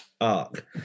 arc